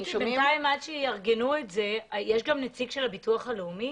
נמצא גם נציג של הביטוח הלאומי?